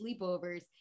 sleepovers